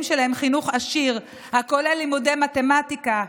שלהן חינוך עשיר הכולל לימודי מתמטיקה,